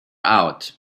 out